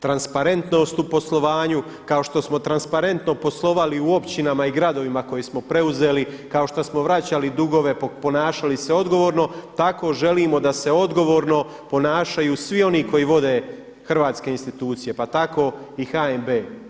Transparentnost u poslovanju kao što smo transparentno poslovali u općinama i gradovima koji smo preuzeli, kao što smo vraćali dugove, ponašali se odgovorno tako želimo da se odgovorno ponašaju svi oni koji vode hrvatske institucije, pa tako i HNB.